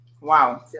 Wow